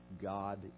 God